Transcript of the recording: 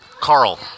Carl